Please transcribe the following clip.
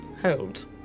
Hold